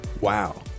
Wow